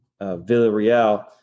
Villarreal